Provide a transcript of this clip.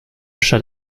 statt